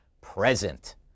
present